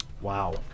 Wow